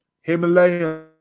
Himalayan